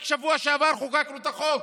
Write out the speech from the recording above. רק בשבוע שעבר חוקקנו את החוק.